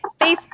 Facebook